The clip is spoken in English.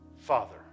father